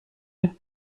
est